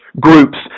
groups